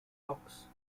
blocks